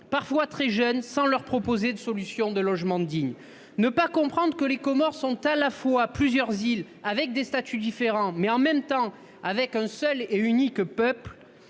parfois très jeunes sans leur proposer de solution de logement digne, ne pas comprendre que les Comores sont à la fois plusieurs île avec des statuts différents, mais en même temps avec un seul et unique peuple